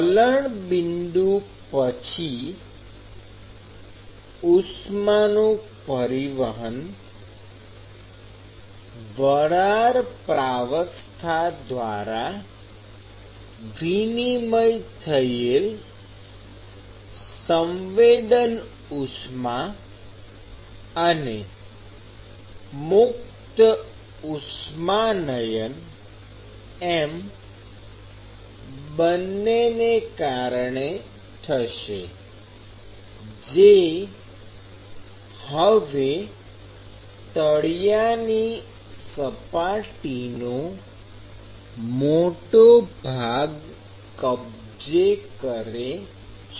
વલણ બિંદુ પછી ઉષ્માનું પરિવહન વરાળ પ્રાવસ્થા દ્વારા વિનિમય થયેલ સંવેદન ઉષ્મા અને મુક્ત ઉષ્માનયન એમ બંનેને કારણે થશે જે હવે તળિયાની સપાટીનો મોટો ભાગ કબજે કરે છે